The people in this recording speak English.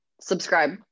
Subscribe